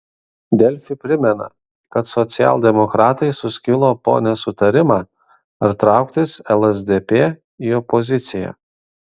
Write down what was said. delfi primena kad socialdemokratai suskilo po nesutarimą ar trauktis lsdp į opoziciją